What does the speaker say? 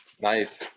nice